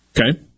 Okay